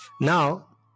now